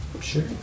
Sure